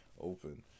open